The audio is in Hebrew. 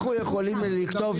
אסף, אנחנו יכולים לכתוב